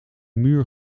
muur